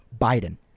Biden